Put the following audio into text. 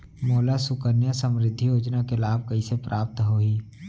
मोला सुकन्या समृद्धि योजना के लाभ कइसे प्राप्त होही?